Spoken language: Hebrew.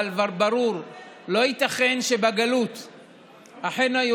אם החוק לא טוב, צריך לבטל אותו.